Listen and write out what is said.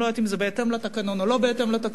אני לא יודעת אם זה בהתאם לתקנון או לא בהתאם לתקנון,